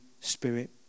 Spirit